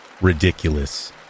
ridiculous